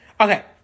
Okay